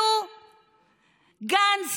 גנץ,